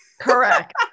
Correct